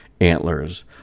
antlers